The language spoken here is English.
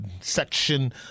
section